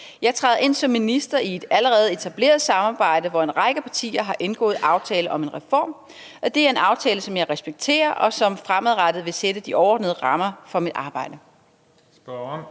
Jeg træder ind som minister i et allerede etableret samarbejde, hvor en række partier har indgået aftale om en reform. Det er en aftale, som jeg respekterer, og som fremadrettet vil sætte de overordnede rammer for mit arbejde. Kl.